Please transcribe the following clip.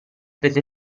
prese